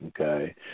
okay